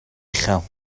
uchel